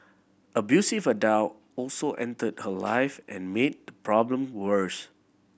abusive adult also entered her life and made the problem worse